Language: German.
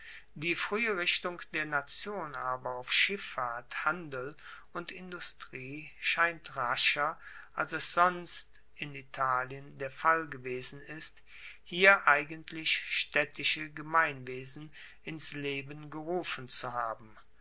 die fruehe richtung der nation aber auf schiffahrt handel und industrie scheint rascher als es sonst in italien der fall gewesen ist hier eigentlich staedtische gemeinwesen ins leben gerufen zu haben